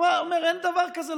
הוא אומר: אין דבר כזה,